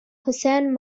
hussain